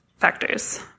factors